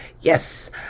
Yes